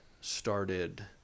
started